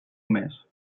mes